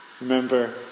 remember